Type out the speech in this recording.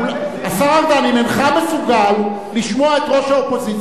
אם אינך מסוגל לשמוע את ראש האופוזיציה,